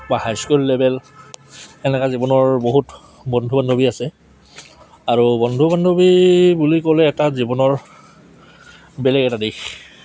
বা high school level এনেকা জীৱনৰ বহুত বন্ধু বান্ধৱী আছে আৰু বন্ধু বান্ধৱী বুলি ক'লে এটা জীৱনৰ বেলেগ এটা দিশ